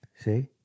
See